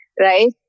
right